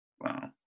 Wow